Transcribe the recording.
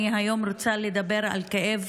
אני רוצה לדבר היום